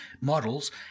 models